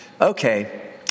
okay